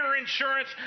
insurance